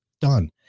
done